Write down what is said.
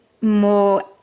more